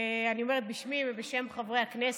אני אומרת בשמי ובשם חברי הכנסת.